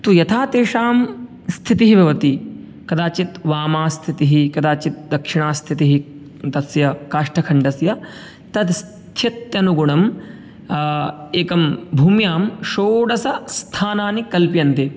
तु यथा तेषां स्थितिः भवति कदाचित् वामास्थितिः कदाचित् दक्षिणास्थितिः तस्य काष्ठखण्डस्य तद्स्थित्यनुगुणं एकं भूम्यां षोडश स्थानानि कल्पयन्ते